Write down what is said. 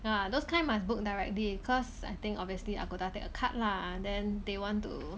ya those kind must book directly cause I think obviously Agoda take a cut lah then they want to